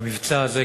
במבצע הזה,